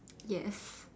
yes